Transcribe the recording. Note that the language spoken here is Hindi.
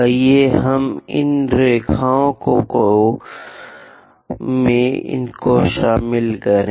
आइए हम इन रेखाओ में इनको शामिल हों